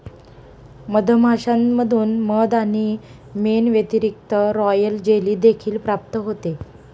मधमाश्यांमधून मध आणि मेण व्यतिरिक्त, रॉयल जेली देखील प्राप्त होते